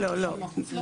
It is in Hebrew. לא, לא כולם.